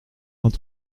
vingt